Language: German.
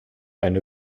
eine